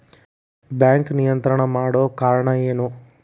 Bank ನಿಯಂತ್ರಣ ಮಾಡೊ ಕಾರ್ಣಾ ಎನು?